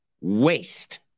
waste